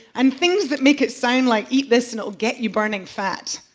and things that make it sound like eat this and i'll get you burning fat.